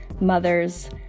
mothers